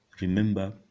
Remember